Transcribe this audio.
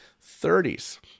30s